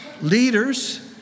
leaders